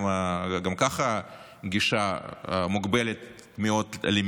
גם ככה הגישה למידע מוגבלת מאוד.